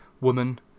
woman